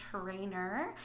trainer